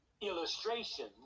illustration